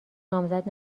نامزد